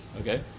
Okay